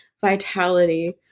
vitality